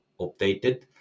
updated